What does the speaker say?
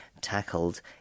tackled